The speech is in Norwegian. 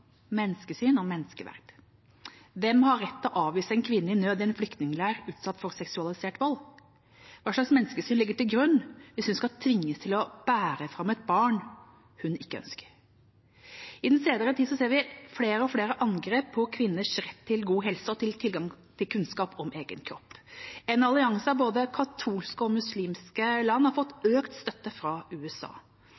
menneskesyn og menneskeverd. Hvem har rett til å avvise en kvinne i nød – utsatt for seksualisert vold – i en flyktningleir? Hva slags menneskesyn ligger til grunn hvis hun skal tvinges til å bære fram et barn hun ikke ønsker? I den senere tid ser vi flere og flere angrep på kvinners rett til god helse og tilgang på kunnskap om egen kropp. En allianse av både katolske og muslimske land har fått